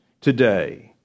today